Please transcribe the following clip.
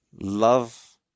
Love